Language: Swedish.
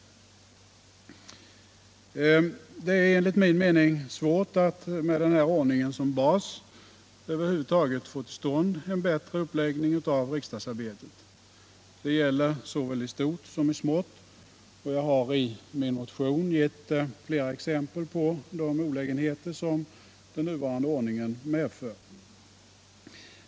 Det är enligt min mening svårt att med den här ordningen som bas över huvud taget få till stånd en rationell uppläggning av riksdagsarbetet. Det gäller såväl i stort som i smått. Jag har i min motion gett flera exempel på de olägenheter som den nuvarande ordningen medför.